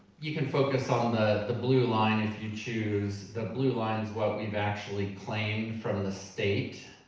you can focus on the the blue line if you choose. the blue line's what we've actually claimed from the state.